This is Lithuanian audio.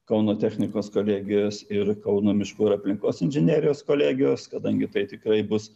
kauno technikos kolegijos ir kauno miškų ir aplinkos inžinerijos kolegijos kadangi tai tikrai bus